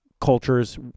cultures